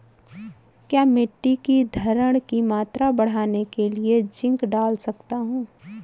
क्या मिट्टी की धरण की मात्रा बढ़ाने के लिए जिंक डाल सकता हूँ?